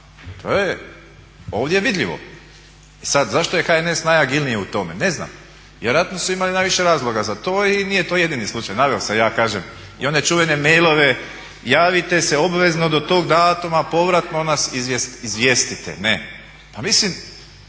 To je ovdje vidljivo. I sad zašto je HNS najagilniji u tome? Ne znam, vjerojatno su imali najviše razloga za to i nije to jedini slučaj. Naveo sam ja kažem i one čuvene mailove javite se obvezno do tog datuma, povratno nas izvijestite. Pa mislim,